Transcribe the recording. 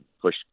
push